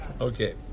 okay